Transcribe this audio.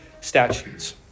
statutes